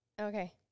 Okay